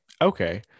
okay